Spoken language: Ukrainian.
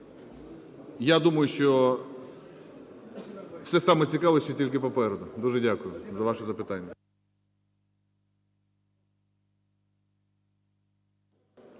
я думаю, що все саме цікаве ще тільки попереду. Дуже дякую за ваше запитання.